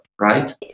right